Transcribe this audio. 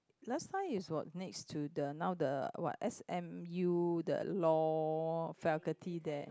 last time it was next to the now the what s_m_u the law faculty there